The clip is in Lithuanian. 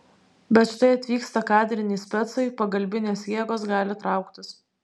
bet štai atvyksta kadriniai specai pagalbinės jėgos gali trauktis